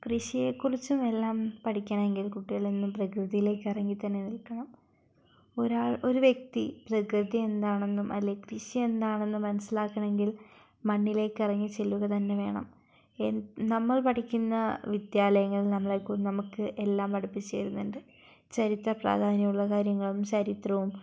കൃഷിയെക്കുറിച്ചും എല്ലാം പഠിക്കണമെങ്കിൽ കുട്ടികൾ എന്നും പ്രകൃതിയിലേയ്ക്ക് ഇറങ്ങിത്തന്നെ നിൽക്കണം ഒരാൾ ഒരു വ്യക്തി പ്രകൃതി എന്താണെന്നും അല്ലെങ്കിൽ കൃഷി എന്താണെന്നും മനസ്സിലാക്കണമെങ്കിൽ മണ്ണിലേയ്ക്ക് ഇറങ്ങിച്ചെല്ലുക തന്നെ വേണം നമ്മൾ പഠിക്കുന്ന വിദ്യാലയങ്ങൾ നമ്മളെ നമുക്ക് എല്ലാം പഠിപ്പിച്ച് തരുന്നുണ്ട് ചരിത്ര പ്രാധാന്യമുള്ള കാര്യങ്ങളും ചരിത്രവും